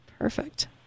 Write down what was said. perfect